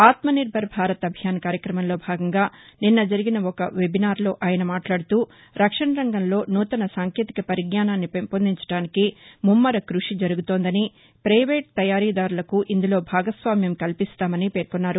ఆత్మనిర్బర్ భారత్ అభియాన్ కార్యక్రమంలో భాగంగా నిన్న జరిగిన ఒక వెబినార్లో ఆయన మాట్లాడుతూ రక్షణ రంగంలో నూతన సాంకేతిక పరిజ్ఞానాన్ని పెంపొందించడానికి ముమ్మర క్బషి జరుగుతోందని పైవేట్ తయారీదారులకు ఇందులో భాగస్వామ్యం కల్పిస్తామని పేర్కొన్నారు